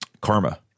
Karma